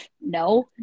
no